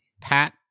Pat